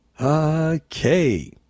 Okay